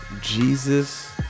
Jesus